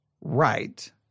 right